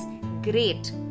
great